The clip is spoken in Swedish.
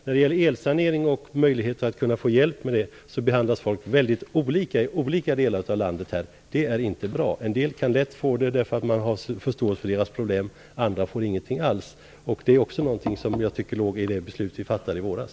När det gäller elsanering och möjlighet att få hjälp med sådant, behandlas folk mycket olika i olika delar av landet. Det är inte bra. En del människor kan lätt få hjälp med elsanering därför att man har förståelse för deras problem, medan andra inte får någonting alls. Det är också någonting som jag tycker faller in under det beslut som vi fattade i våras.